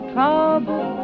trouble